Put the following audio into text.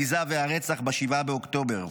הביזה והרצח ב-7 באוקטובר.